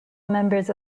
members